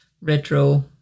retro